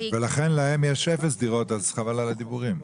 ולהם יש אפס דירות אז חבל על הדיבורים.